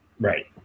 Right